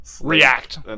React